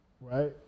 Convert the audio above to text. right